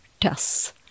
tests